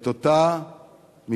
את אותה מקצת